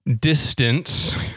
distance